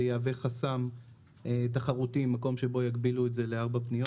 יהווה חסם תחרותי במקום בו יגבילו את זה לארבע פניות.